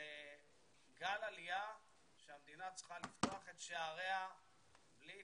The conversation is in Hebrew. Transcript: לגל עלייה שהמדינה צריכה לפתוח את שעריה בלי התלבטות,